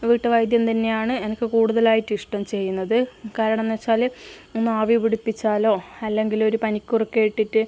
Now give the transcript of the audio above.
വീട്ടു വൈദ്യം തന്നെയാണ് എനിക്ക് കൂടുതലായിട്ടും ഇഷ്ടം ചെയ്യുന്നത് കാരണമെന്ന് വച്ചാൽ ഒന്ന് ആവി പിടിപ്പിച്ചാലോ അല്ലെങ്കിൽ ഒരു പനിക്കൂർക്ക ഇട്ടിട്ട്